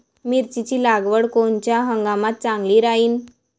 मिरची लागवड कोनच्या हंगामात चांगली राहीन?